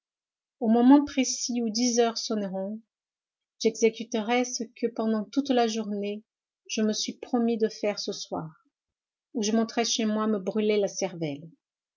au moment précis où dix heures sonneront j'exécuterai ce que pendant toute la journée je me suis promis de faire ce soir ou je monterai chez moi me brûler la cervelle